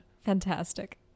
Fantastic